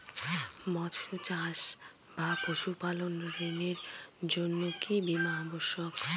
মৎস্য চাষ বা পশুপালন ঋণের জন্য কি বীমা অবশ্যক?